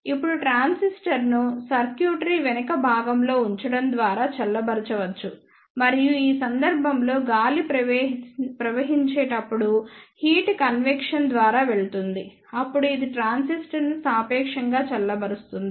ఇప్పుడు ట్రాన్సిస్టర్ను సర్క్యూట్రీ వెనుక భాగంలో ఉంచడం ద్వారా చల్లబరచవచ్చు మరియు ఈ సందర్భంలో గాలి ప్రవహించేటప్పుడు హీట్ కన్వెక్షన్ ద్వారా వెళుతుంది అప్పుడు ఇది ట్రాన్సిస్టర్ను సాపేక్షంగా చల్లబరుస్తుంది